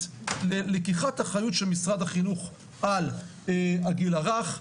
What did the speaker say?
ללקיחת אחריות של משרד החינוך על הגיל הרך,